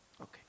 Okay